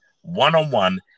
One-on-one